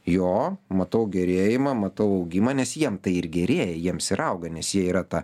jo matau gerėjimą matau augimą nes jiem tai ir gerėja jiems ir auga nes jie yra ta